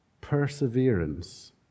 perseverance